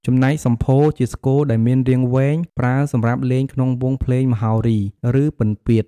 ចំណែកសំភោរ ជាស្គរដែលមានរាងវែង ប្រើសម្រាប់លេងក្នុងវង់ភ្លេងមហោរី ឬពិណពាទ្យ។